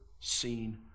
seen